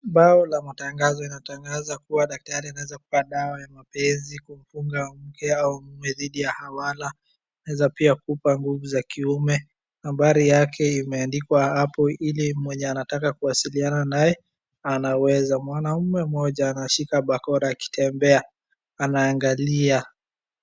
Bao la matangazo inatangaza kuwa daktari anaweza kupea dawa ya mapenzi kufuga mke au anaweza pia kupa nguvu za kiume. Habari yake imeandikwa hapo ili mwenye anataka kuwasiliana naye anaweza. Mwanume mmoja anashika bakora akitembea anaangalia.